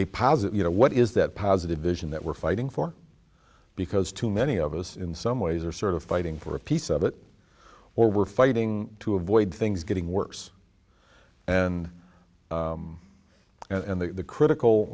a posit you know what is that positive vision that we're fighting for because too many of us in some ways are sort of fighting for a piece of it or we're fighting to avoid things getting worse and and the critical